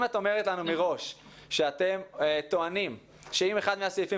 אם את אומרת לנו מראש שאם אחד מהסעיפים